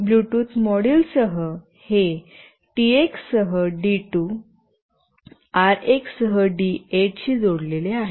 Bluetooth module सह हे TX सह D2 आणि RX सह D8 शी जोडलेले आहे